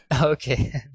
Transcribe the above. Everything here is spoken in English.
Okay